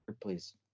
Please